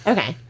Okay